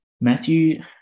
Matthew